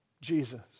Jesus